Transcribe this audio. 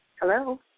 Hello